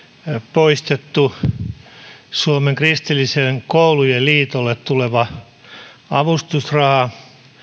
poistettu myös suomen kristillisten koulujen liitolle tuleva avustusraha